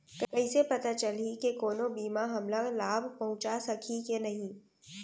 कइसे पता चलही के कोनो बीमा हमला लाभ पहूँचा सकही के नही